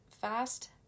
fast